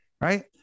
Right